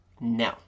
no